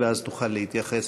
ואז תוכל להתייחס.